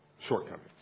shortcomings